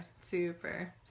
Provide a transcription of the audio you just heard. Super